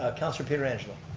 ah counselor pietrangelo.